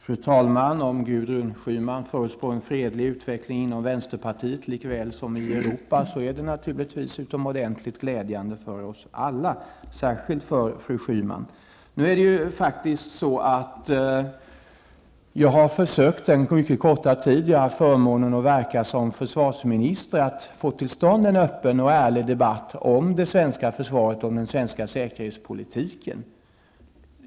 Fru talman! Om Gudrun Schyman förutspår en fredlig utveckling inom vänsterpartiet, liksom i Europa, är det naturligtvis utomordentligt glädjande för oss alla, särskilt för fru Schyman. Nu har jag faktiskt under den korta tid som jag har haft förmånen att verka som försvarsminister försökt att få tillstånd en öppen och ärlig debatt om det svenska försvaret och den svenska säkerhetspolitiken.